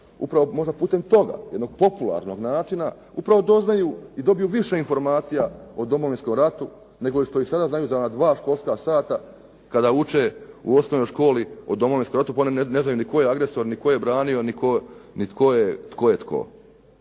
upravo možda putem toga, jednog popularnog načina upravo doznaju i dobiju više informacija o Domovinskom ratu nego što ih sada daju za dva školska sata kada uče u osnovnoj školi o Domovinskom ratu, pa oni ne znaju ni tko je agresor, ni tko je branio ni tko je to.